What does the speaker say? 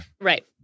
Right